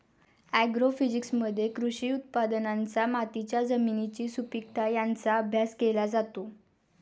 ॲग्रोफिजिक्समध्ये कृषी उत्पादनांचा मातीच्या जमिनीची सुपीकता यांचा अभ्यास केला जातो